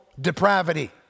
depravity